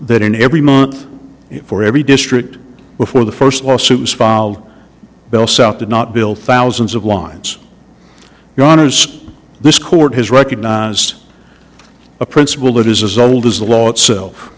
that in every month for every district before the first lawsuit was filed bell south did not bill thousands of lines yawners this court has recognized a principle that is as old as the law itself